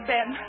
Ben